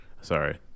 Sorry